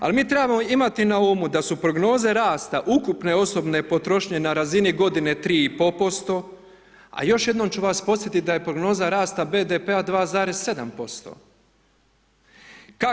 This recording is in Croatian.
Al mi trebamo imati na umu da su prognoze rasta ukupne osobne potrošnje na razini godine 3,5%, a još jednom ću vas podsjetiti da je prognoza rasta BDP-a 2,7%